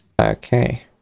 Okay